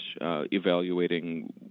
evaluating